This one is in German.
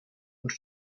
und